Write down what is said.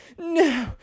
no